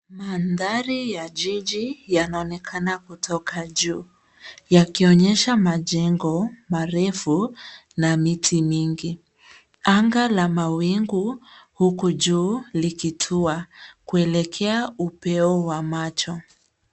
Mandhari ya jiji yanaonekana kutoka juu yakionyesha majengo marefu na miti mingi. Anga la mawingu uku juu likitua, kuelekea upeo wa macho.